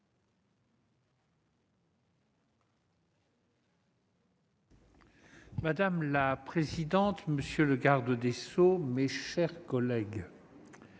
Madame la présidente, monsieur le garde des sceaux, mes chers collègues,